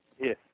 Yes